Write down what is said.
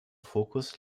fokus